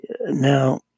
Now